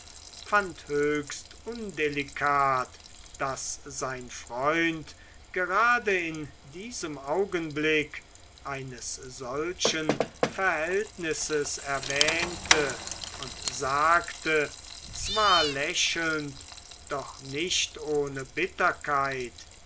fand höchst undelikat daß sein freund gerade in diesem augenblick eines solchen verhältnisses erwähnte und sagte zwar lächelnd doch nicht ohne bitterkeit